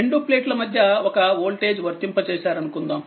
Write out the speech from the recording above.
రెండు ప్లేట్ల మధ్య ఒకవోల్టేజ్వర్తింప చేశారనుకుందాం